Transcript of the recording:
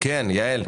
תודה.